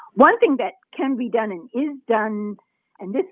one thing that can be done and is done and this,